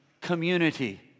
community